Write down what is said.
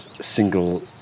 single